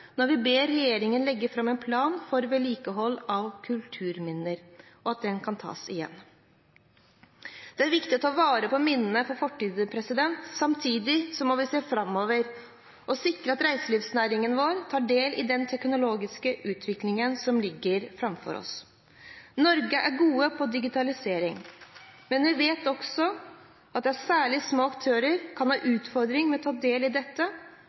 når vi ber regjeringen legge fram en plan for vedlikehold av kulturminner. Det er viktig å ta vare på minnene fra fortiden. Samtidig må vi se framover og sikre at reiselivsnæringen vår tar del i den teknologiske utviklingen som ligger framfor oss. Norge er gode på digitalisering, men vi vet også at særlig små aktører kan ha utfordringer med å ta del i dette,